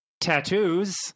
tattoos